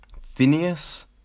Phineas